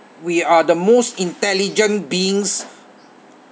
we are the most intelligent beings